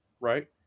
right